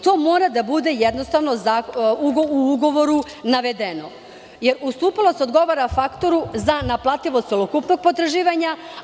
To mora da bude u ugovoru navedeno, jer ustupalac odgovara faktoru za naplativost celokupnog potraživanja.